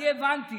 אני הבנתי